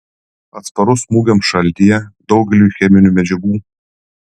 atsparus smūgiams šaltyje daugeliui cheminių medžiagų